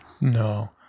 No